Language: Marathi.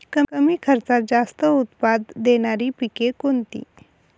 कमी खर्चात जास्त उत्पाद देणारी पिके कोणती?